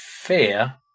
Fear